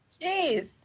Jeez